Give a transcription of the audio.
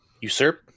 usurp